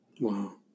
Wow